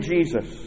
Jesus